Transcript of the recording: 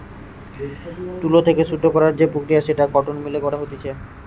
তুলো থেকে সুতো করার যে প্রক্রিয়া সেটা কটন মিল এ করা হতিছে